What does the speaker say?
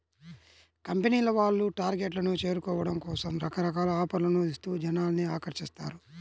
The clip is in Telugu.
కంపెనీల వాళ్ళు టార్గెట్లను చేరుకోవడం కోసం రకరకాల ఆఫర్లను ఇస్తూ జనాల్ని ఆకర్షిస్తారు